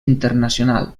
internacional